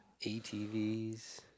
ATVs